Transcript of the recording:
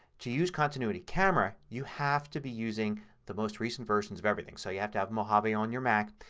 to use the continuity camera you have to be using the most recent versions of everything. so you have to have mojave on your mac.